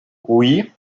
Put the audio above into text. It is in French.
oui